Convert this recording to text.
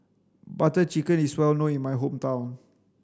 butter chicken is well known in my hometown